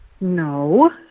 No